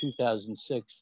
2006